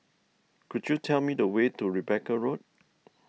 could you tell me the way to Rebecca Road